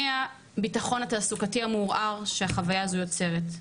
מהביטחון התעסוקתי המעורער שהחוויה הזאת יוצרת.